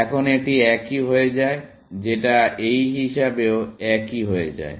এখন এটি একই হয়ে যায় যেটা এই হিসাবেও একই হয়ে যায়